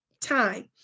time